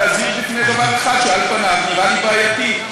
להזהיר מפני דבר אחד שעל פניו נראה לי בעייתי.